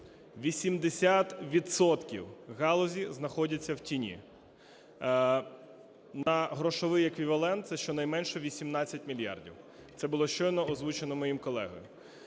галузі знаходиться в тіні. На грошовий еквівалент це щонайменше 18 мільярдів. Це було щойно озвучено моїм колегою.